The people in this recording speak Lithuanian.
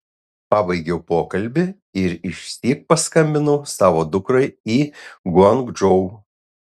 pabaigiau pokalbį ir išsyk paskambinau savo dukrai į guangdžou